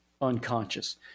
unconscious